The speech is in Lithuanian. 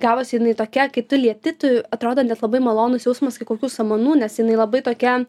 gavosi jinai tokia kai tu lieti tu atrodo net labai malonus jausmas kai kokių samanų nes jinai labai tokia